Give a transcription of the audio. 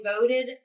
voted